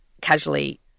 casually